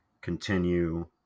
continue